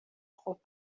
خوب